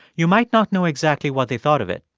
you might not know exactly what they thought of it.